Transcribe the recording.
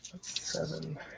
Seven